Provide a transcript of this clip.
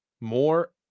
more